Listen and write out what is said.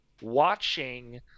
watching